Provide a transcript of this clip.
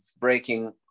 breaking